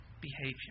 behavior